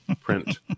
print